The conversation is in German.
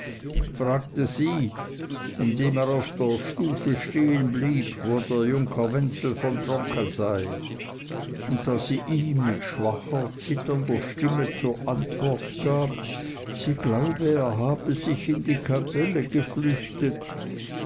fragte sie indem er auf der stufe stehenblieb wo der junker wenzel von tronka sei und da sie ihm mit schwacher zitternder stimme zur antwort gab sie glaube er habe sich in die kapelle geflüchtet